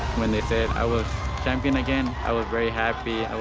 when they said i was champion again, i was very happy,